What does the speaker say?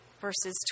verses